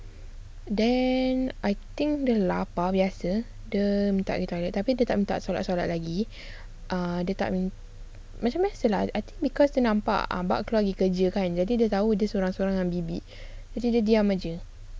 then I think dia lapar biasa dia minta pergi toilet tapi dia tak minta solat solat lagi ah dia tak mint~ I think because dia nampak mak keluar pergi kerja kan jadi dia tahu dia seorang seorang dengan bibik jadi dia diam aje